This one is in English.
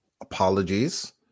Apologies